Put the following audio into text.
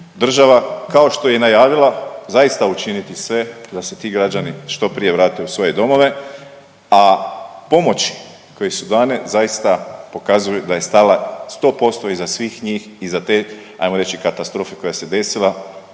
država, kao što je i najavila zaista učiniti sve da se ti građani što prije vrate u svoje domove, a pomoći koje su dane zaista pokazuju da je stala 100% iza svih njih i iza te, ajmo reći katastrofe koja se desila,